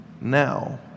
now